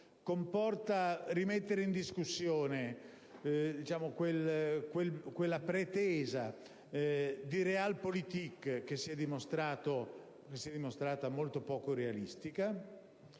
di rimettere in discussione quella pretesa di *realpolitik* che si è dimostrata molto poco realistica.